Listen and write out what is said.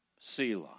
Selah